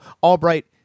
Albright